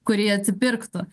kuri atsipirktų